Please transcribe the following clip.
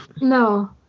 No